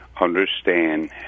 understand